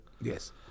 Yes